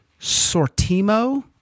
Sortimo